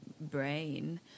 brain